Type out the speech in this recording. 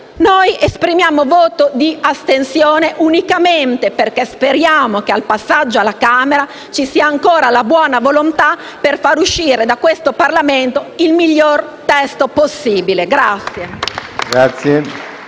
noi esprimeremo un voto di astensione, unicamente perché speriamo che durante l'esame da parte della Camera ci sia ancora la buona volontà per fare uscire da questo Parlamento il miglior testo possibile.